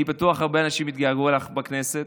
אני בטוח שהרבה אנשים יתגעגעו אלייך בכנסת,